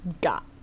got